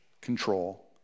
control